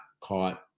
caught